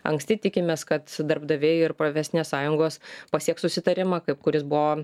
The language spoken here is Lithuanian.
anksti tikimės kad darbdaviai ir profesinės sąjungos pasieks susitarimą kaip kuris buvo